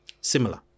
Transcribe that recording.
similar